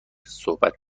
صحبت